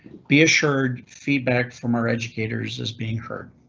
be assured feedback from our educators as being heard,